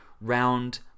round